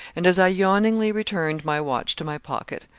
and as i yawningly returned my watch to my pocket,